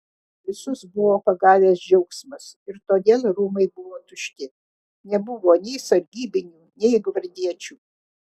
visus buvo pagavęs džiaugsmas ir todėl rūmai buvo tušti nebuvo nei sargybinių nei gvardiečių